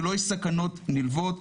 שלא יהיו סכנות נלוות,